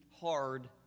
hard